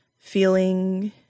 feeling